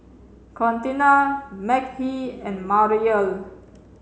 Contina Mekhi and Mariel